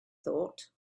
thought